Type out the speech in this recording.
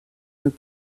und